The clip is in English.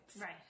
Right